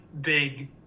big